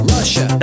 Russia